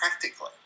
practically